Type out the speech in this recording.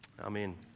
amen